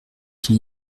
qu’il